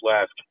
left